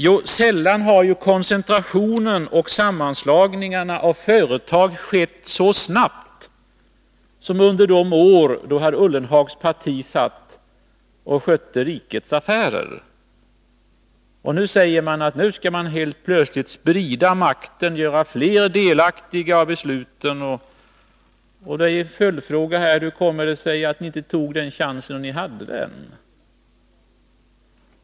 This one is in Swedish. Jo, sällan har koncentrationen och sammanslagningarna av företag skett så snabbt som under de år då herr Ullenhags parti skötte rikets affärer. Nu skall man helt plötsligt sprida makten och göra fler delaktiga av besluten. Det ger en följdfråga: Hur kommer det sig att ni inte tog den chansen när ni hade den?